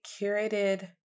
curated